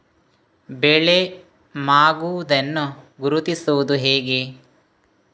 ಬೆಳೆ ಮಾಗುವುದನ್ನು ಗುರುತಿಸುವುದು ಹೇಗೆ?